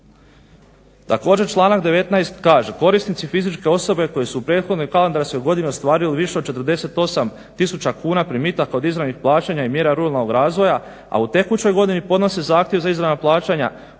Također, članak 19. kaže